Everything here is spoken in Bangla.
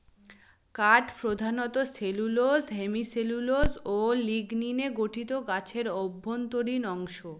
কাঠ প্রধানত সেলুলোস হেমিসেলুলোস ও লিগনিনে গঠিত গাছের অভ্যন্তরীণ অংশ